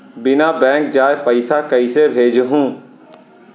बिना बैंक जाये पइसा कइसे भेजहूँ?